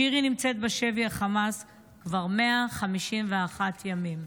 שירי נמצאת בשבי חמאס כבר 151 ימים.